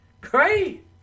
great